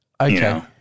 Okay